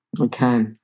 Okay